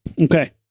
Okay